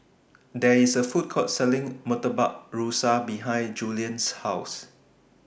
There IS A Food Court Selling Murtabak Rusa behind Juliann's House